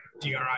DRI